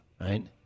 Right